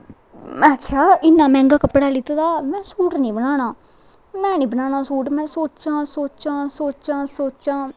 में आखेआ में इ'न्ना मैंह्गा कपड़ा लैत्ते दा हा में सूट निं बनाना में निं बनाना सूट में सोचां सोचां सोचां